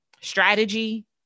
Strategy